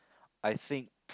I think